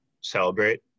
celebrate